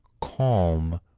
calm